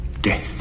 death